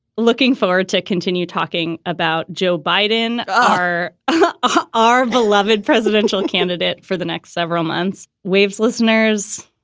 looking forward to continue talking about joe biden are ah our beloved presidential candidate for the next several months. waves listeners,